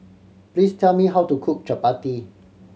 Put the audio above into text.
please tell me how to cook chappati